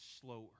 slower